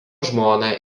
žmona